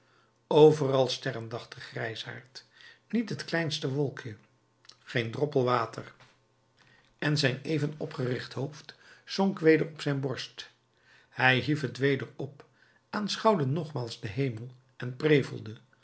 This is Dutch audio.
overal sterren dacht de grijsaard niet het kleinste wolkje geen droppel water en zijn even opgericht hoofd zonk weder op zijn borst hij hief het weder op aanschouwde nogmaals den hemel en prevelde